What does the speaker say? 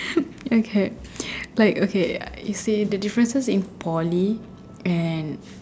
okay like okay you see the differences in Poly and